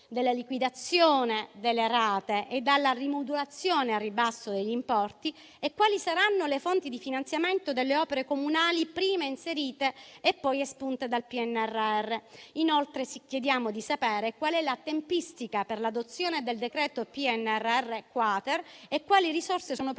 della liquidazione delle rate e dalla rimodulazione al ribasso degli importi e quali saranno le fonti di finanziamento delle opere comunali prima inserite e poi espunte dal PNRR. Inoltre, chiediamo di sapere qual è la tempistica per l'adozione del decreto PNRR-*quater*, quali risorse sono previste